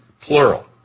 plural